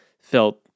felt